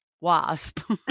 wasp